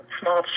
small